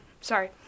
Sorry